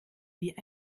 wie